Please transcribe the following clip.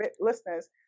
listeners